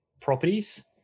properties